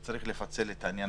שצריך לפצל את עניין